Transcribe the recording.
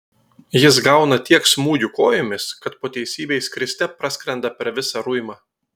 jis gauna tiek smūgių kojomis kad po teisybei skriste praskrenda per visą ruimą